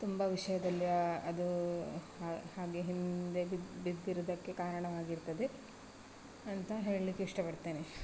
ತುಂಬ ವಿಷಯದಲ್ಲಿ ಅದೂ ಹಾಗೆ ಹಿಂದೆ ಬಿದ್ದಿರೋದಕ್ಕೆ ಕಾರಣವಾಗಿರ್ತದೆ ಅಂತ ಹೇಳಲಿಕ್ಕೆ ಇಷ್ಟಪಡ್ತೇನೆ